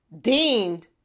deemed